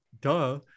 duh